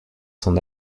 son